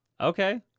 Okay